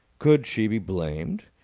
could she be blamed?